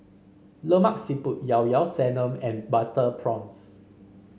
Lemak Siput Llao Llao Sanum and Butter Prawns